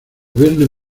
viernes